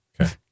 okay